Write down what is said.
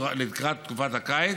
לקראת חופשת הקיץ,